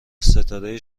ستاره